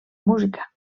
música